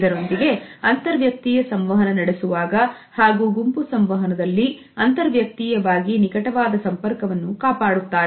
ಇದರೊಂದಿಗೆ ಅಂತರ್ ವ್ಯಕ್ತಿಯ ಸಂವಹನ ನಡೆಸುವಾಗ ಹಾಗೂ ಗುಂಪು ಸಂವಹನದಲ್ಲಿ ಅಂತರ್ ವ್ಯಕ್ತಿಯವಾಗಿ ನಿಕಟವಾದ ಸಂಪರ್ಕವನ್ನು ಕಾಪಾಡುತ್ತಾರೆ